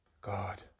God